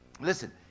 Listen